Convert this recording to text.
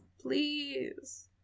Please